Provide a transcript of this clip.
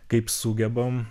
kaip sugebam